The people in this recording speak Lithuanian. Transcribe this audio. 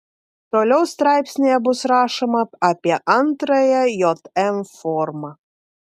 toliau straipsnyje bus rašoma apie antrąją jm formą